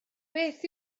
beth